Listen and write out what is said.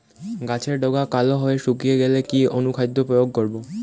গাছের ডগা কালো হয়ে শুকিয়ে গেলে কি অনুখাদ্য প্রয়োগ করব?